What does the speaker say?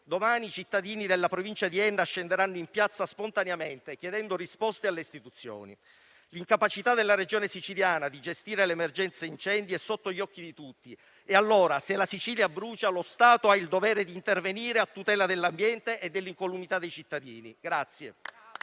Domani i cittadini della Provincia di Enna scenderanno in piazza spontaneamente chiedendo risposte alle istituzioni. L'incapacità della Regione Siciliana di gestire l'emergenza incendi è sotto gli occhi di tutti e allora, se la Sicilia brucia, lo Stato ha il dovere di intervenire a tutela dell'ambiente e dell'incolumità dei cittadini.